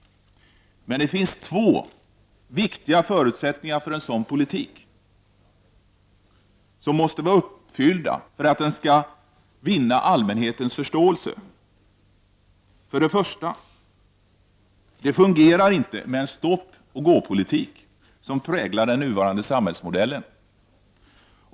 Men det finns två viktiga förutsättningar för en sådan politik som måste vara uppfyllda för att den skall vinna allmänhetens förståelse. För det första fungerar det inte med den stopp-gå-politik som präglar den nuvarande samhällsmodellen.